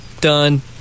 Done